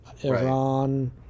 iran